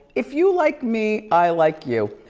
if you like me, i like you.